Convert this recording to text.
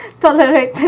tolerate